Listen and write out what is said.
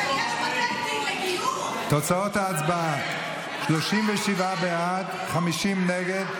תוצאות ההצבעה: 37 בעד, 50 נגד.